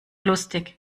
lustig